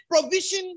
provision